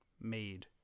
made